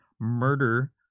murder